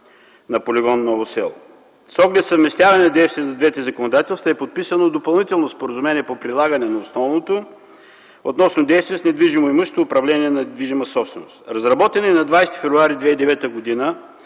на полигон „Ново село”. С оглед на съвместяване на действията на двете законодателства е подписано допълнително споразумение по прилагане на основното относно действия с недвижимо имущество и управление на движима собственост. Разработен е и на 20 февруари 2009 г.